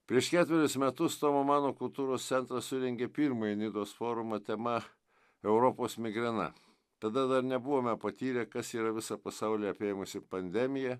prieš ketverius metus tomo mano kultūros centras surengė pirmąjį nidos forumą tema europos migrena tada dar nebuvome patyrę kas yra visą pasaulį apėmusi pandemija